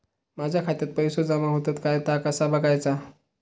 माझ्या खात्यात पैसो जमा होतत काय ता कसा बगायचा?